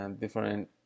different